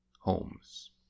Holmes